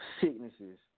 sicknesses